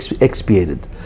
expiated